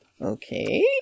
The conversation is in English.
okay